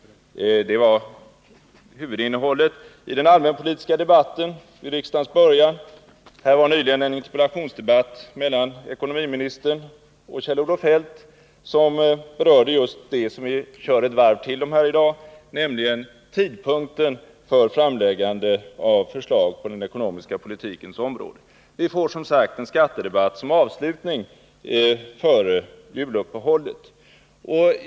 Det var huvudinnehållet i den allmänpolitiska debatten vid riksmötets början. Här fördes nyligen en interpellationsdebatt mellan ekonomiministern och Kjell-Olof Feldt som berörde just det som vi kör ett varv till om här i dag, nämligen tidpunkten för framläggande av förslag på den ekonomiska politikens område. Och vi får som sagt en skattedebatt som avslutning före juluppehållet.